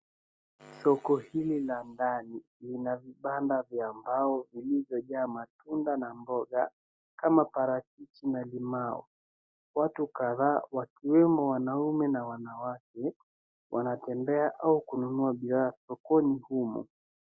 Soko hili la ndani lina vibanda vya mbao vilivyojaa matunda na mboga kama parachichi na limau. Watu kadhaa wakiwemo wanaume na wanawake wanatembea au kununua bidhaa sokoni humu.